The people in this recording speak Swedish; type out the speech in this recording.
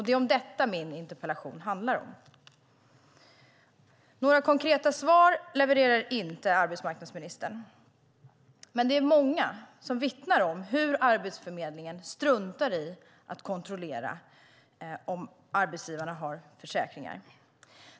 Det är detta min interpellation handlar om. Arbetsmarknadsministern levererar inte några konkreta svar. Det är många som vittnar om hur Arbetsförmedlingen struntar i att kontrollera om arbetsgivarna har försäkringar.